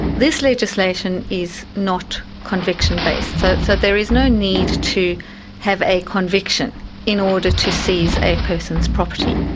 this legislation is not conviction based. so so there is no need to have a conviction in order to seize a person's property.